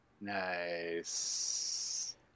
Nice